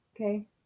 Okay